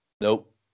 Nope